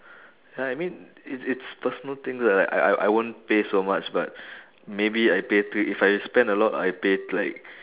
ya I mean it's it's personal thing like I I I won't pay so much but maybe I pay three if I spend a lot I pay like